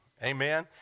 Amen